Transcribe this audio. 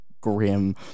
grim